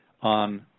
on